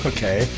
Okay